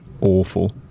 awful